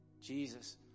Jesus